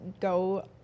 go